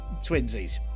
twinsies